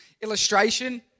illustration